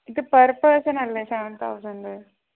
ഇത് പെർ പേഴ്സണല്ലേ seven thousand